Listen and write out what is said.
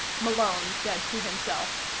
malone said to himself.